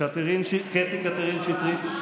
קטי קטרין שטרית.